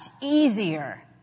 easier